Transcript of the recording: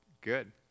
good